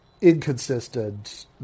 inconsistent